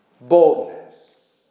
Boldness